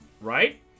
right